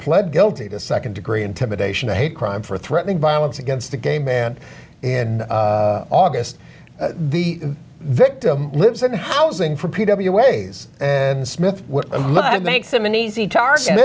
pled guilty to second degree intimidation a hate crime for threatening violence against a gay man in august the victim lives in housing for p w ways and smith makes him an easy target